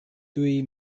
tuj